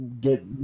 get